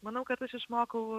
manau kad aš išmokau